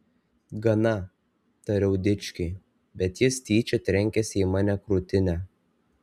gana tariau dičkiui bet jis tyčia trenkėsi į mane krūtine